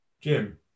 Jim